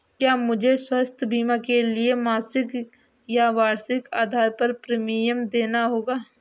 क्या मुझे स्वास्थ्य बीमा के लिए मासिक या वार्षिक आधार पर प्रीमियम देना होगा?